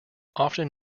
often